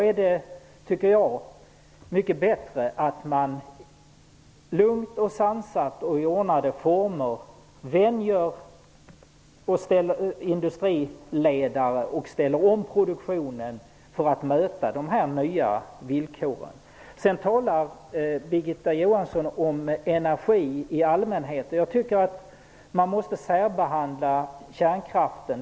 Jag tycker att det är bättre att lugnt, sansat och i ordnade former vänja sig och ställa om produktionen för att möta de nya villkoren. Birgitta Johansson talar om energi i allmänhet. Jag tycker att man måste särbehandla kärnkraften.